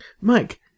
mike